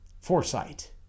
foresight